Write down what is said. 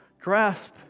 grasp